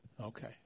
Okay